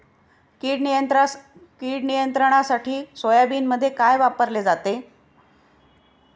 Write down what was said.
कीड नियंत्रणासाठी सोयाबीनमध्ये काय वापरले जाते?